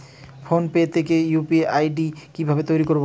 Phone pay তে UPI ID কি ভাবে তৈরি করবো?